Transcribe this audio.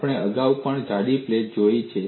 આપણે અગાઉ પણ જાડી પ્લેટ જોઈ છે